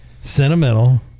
sentimental